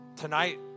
Tonight